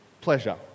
pleasure